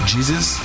Jesus